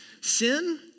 sin